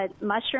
mushroom